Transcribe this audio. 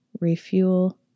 refuel